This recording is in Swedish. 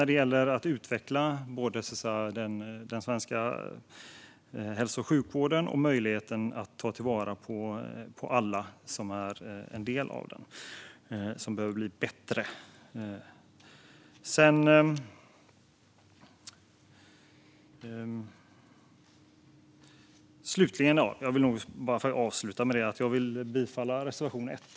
Det gäller att utveckla både den svenska hälso och sjukvården och möjligheten att ta vara på alla som är en del av den. Detta behöver bli bättre. Jag yrkar bifall till reservation 1.